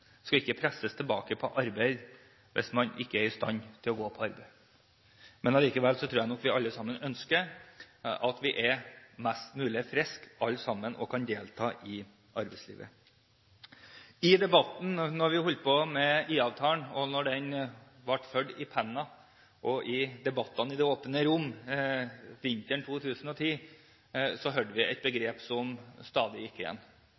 i stand til å gå på arbeid. Likevel tror jeg nok vi ønsker at vi er mest mulig friske alle sammen og kan delta i arbeidslivet. Da vi holdt på med IA-avtalen, da den ble ført i pennen og i debattene i det åpne rom vinteren 2010, hørte vi ord som stadig gikk igjen.